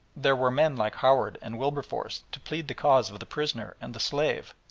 there were men like howard and wilberforce to plead the cause of the prisoner and the slave,